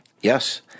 Yes